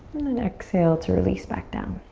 and then exhale to release back down.